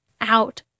out